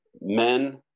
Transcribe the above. men